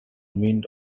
meant